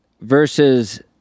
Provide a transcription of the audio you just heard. versus